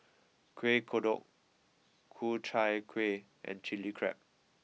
Kuih Kodok Ku Chai Kuih and Chili Crab